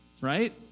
Right